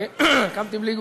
חשבת שידור חוזר?